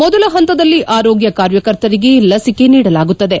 ಮೊದಲ ಪಂತದಲ್ಲಿ ಆರೋಗ್ಯ ಕಾರ್ಯಕರ್ತರಿಗೆ ಲಸಿಕೆ ನೀಡಲಾಗುತ್ತದೆ